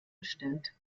bestellt